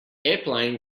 airplane